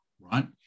right